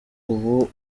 ubu